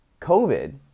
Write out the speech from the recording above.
COVID